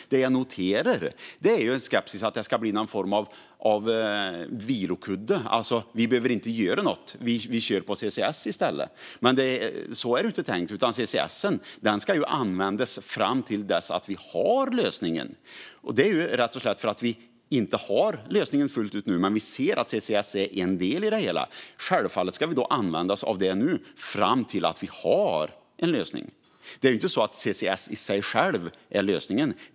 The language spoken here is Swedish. Det jag noterar är en skepsis till att det ska bli någon form av vilokudde, alltså att vi inte behöver göra något utan kör på CCS i stället. Men så är det inte tänkt. CCS ska användas fram till dess vi har en lösning, rätt och slätt för att vi inte har lösningen fullt ut nu. Men vi ser att CCS är en del i det hela. Därför ska vi såklart använda oss av det nu, fram till att vi har en lösning. CCS är inte lösningen i sig.